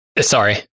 Sorry